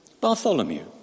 Bartholomew